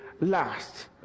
last